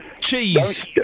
Cheese